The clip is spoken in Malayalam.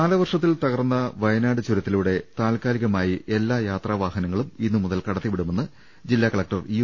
കാലവർഷത്തിൽ തകർന്ന വയനാട് ചുരത്തിലൂടെ താൽക്കാലികമായി എല്ലാ യാത്രാവാഹനങ്ങളും ഇന്നു മുതൽ കടത്തിവിടുമെന്ന് ജില്ലാ കലക്ടർ യു